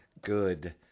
good